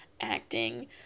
acting